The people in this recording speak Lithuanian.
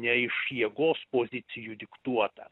ne iš jėgos pozicijų diktuota